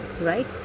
right